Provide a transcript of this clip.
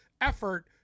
effort